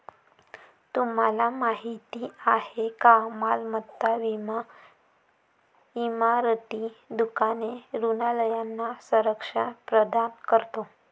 तुम्हाला माहिती आहे का मालमत्ता विमा इमारती, दुकाने, रुग्णालयांना संरक्षण प्रदान करतो